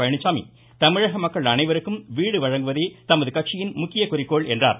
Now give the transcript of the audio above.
பழனிசாமி தமிழக மக்கள் அனைவருக்கும் வீடு வழங்குவதே தமது கட்சியின் முக்கிய குறிக்கோள் என்றார்